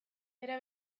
era